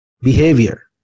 Behavior